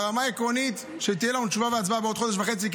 ברמה העקרונית תהיה לנו תשובה והצבעה בעוד חודש וחצי,